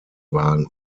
wagen